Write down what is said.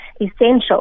essential